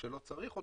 כשלא צריך אותו,